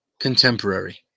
contemporary